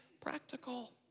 practical